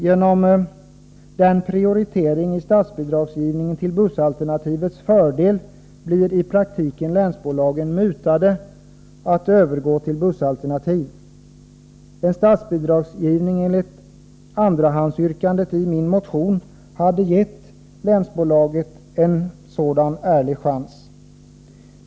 Genom prioriteringen i statsbidragsgivningen till bussalternativets fördel blir i praktiken länsbolagen mutade att övergå till bussalternativ. Statsbidragsgivning enligt andrahandsyrkandet i min motion hade gett länsbolagen en ärlig chans.